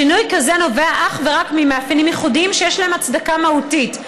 שינוי כזה נובע אך ורק ממאפיינים ייחודיים שיש להם הצדקה מהותית,